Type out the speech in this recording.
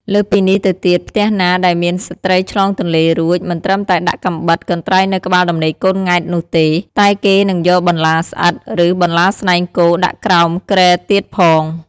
លើសពីនេះទៅទៀតផ្ទះណាដែលមានស្ត្រីឆ្លងទន្លេរួច មិនត្រឹមតែដាក់កាំបិត កន្ត្រៃនៅក្បាលដំណេកកូនង៉ែតនោះទេ តែគេនឹងយកបន្លាស្អិត ឬបន្លាស្នែងគោដាក់ក្រោមគ្រែទៀតផង។